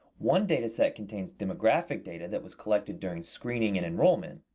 one data set contains demographic data that was collected during screening and enrollment.